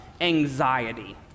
anxiety